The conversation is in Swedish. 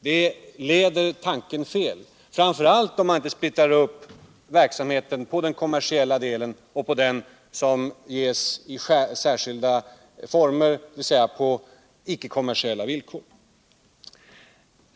Det leder tanken fel, framför allt om man inte splittrar upp verksamheten på den kommersiella delen och den del som ges i särskilda former på icke vecklingsbanken kommersiella villkor.